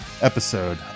episode